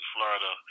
Florida